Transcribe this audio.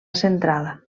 centrada